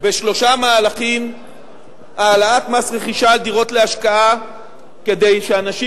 בשלושה מהלכים: העלאת מס רכישה על דירות להשקעה כדי שאנשים